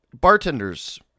Bartenders